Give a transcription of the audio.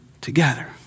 together